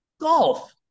golf